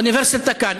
האוניברסיטה כאן.